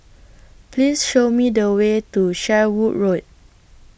Please Show Me The Way to Sherwood Road